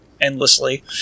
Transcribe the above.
endlessly